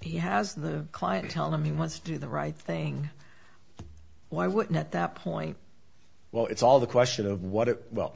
he has the client tell him he wants to do the right thing why wouldn't at that point well it's all the question of what well